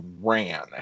ran